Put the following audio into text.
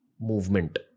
movement